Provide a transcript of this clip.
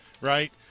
right